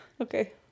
okay